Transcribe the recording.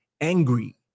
angry